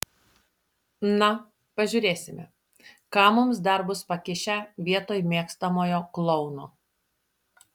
na pažiūrėsime ką mums dar bus pakišę vietoj mėgstamojo klouno